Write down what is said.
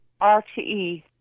RTE